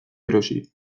erosi